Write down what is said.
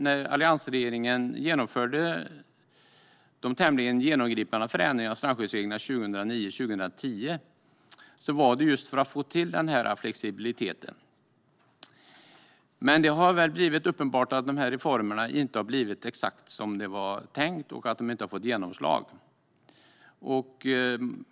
När alliansregeringen genomförde de tämligen genomgripande förändringarna av strandskyddsreglerna 2009-2010 var det just för att få till denna flexibilitet. Det har dock blivit uppenbart att reformerna inte har blivit exakt som det var tänkt och att de inte har fått genomslag.